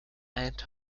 and